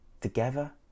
together